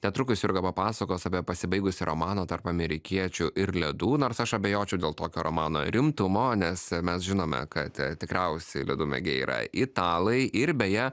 netrukus jurga papasakos apie pasibaigusį romaną tarp amerikiečių ir ledų nors aš abejočiau dėl tokio romano rimtumo nes mes žinome kad tikriausiai ledų mėgėjai yra italai ir beje